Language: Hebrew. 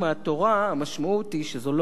המשמעות היא שזו לא צדקה,